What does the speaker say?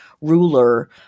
ruler